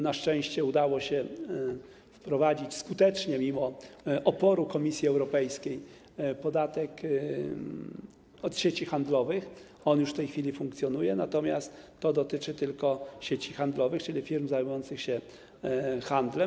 Na szczęście udało się wprowadzić skutecznie, mimo oporu Komisji Europejskiej, podatek od sieci handlowych, który już w tej chwili funkcjonuje, natomiast dotyczy on tylko sieci handlowych, czyli firm zajmujących się handlem.